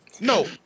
No